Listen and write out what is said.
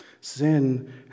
Sin